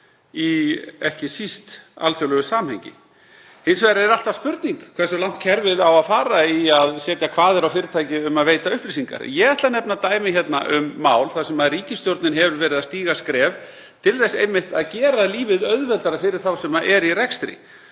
ekki síst í alþjóðlegu samhengi. Hins vegar er alltaf spurning hversu langt kerfið á að ganga í að setja kvaðir á fyrirtæki um að veita upplýsingar. Ég ætla að nefna dæmi um mál þar sem ríkisstjórnin hefur verið að stíga skref til þess að gera lífið einmitt auðveldara fyrir þá sem eru í rekstri.